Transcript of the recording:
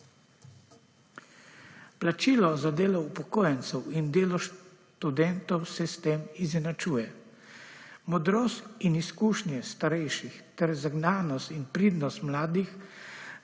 Plačilo za delo upokojencev in delo študentov se s tem izenačuje. Modrost in izkušnje starejših ter zagnanost in pridnost mladih